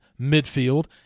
midfield